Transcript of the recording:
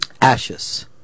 ashes